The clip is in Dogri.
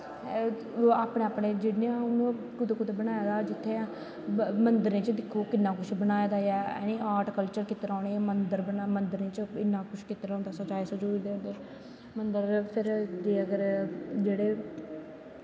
ओह् अपनें अनपें जिनें हून कुदैं कुदै बनाए दा जित्तें मन्गरैं च दिक्खो किन्ना कुश बनाए दा ए आर्ट कल्चर ते परानें मन्दरें च इन्ना कुश कीते दा होंदा सजाए लजुए दे होंदे मन्दर फिर अगर जेह्ड़े